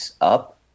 up